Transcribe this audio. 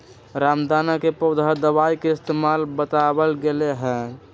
रामदाना के पौधा दवाई के इस्तेमाल बतावल गैले है